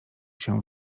się